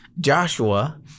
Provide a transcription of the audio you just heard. Joshua